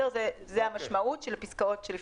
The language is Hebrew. זו המשמעות של הפסקאות שלפניכם.